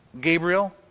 Gabriel